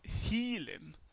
healing